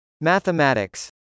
Mathematics